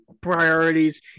Priorities